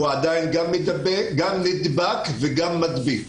הוא גם נדבק וגם מדביק.